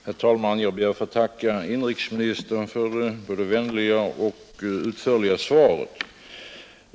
Herr talman! Jag ber att få tacka inrikesministern för det både vänliga och utförliga svaret.